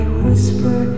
whisper